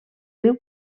riu